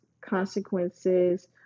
consequences